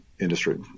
industry